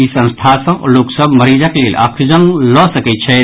ई संस्था सँ लोकनि मरीजक लेल ऑक्सीजन लऽ सकैत छथि